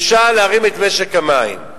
אפשר להרים את משק המים.